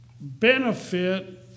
benefit